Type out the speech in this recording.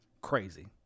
crazy